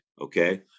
Okay